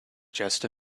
just